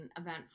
event